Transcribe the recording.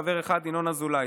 חבר אחד: ינון אזולאי,